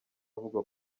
avuga